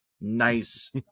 nice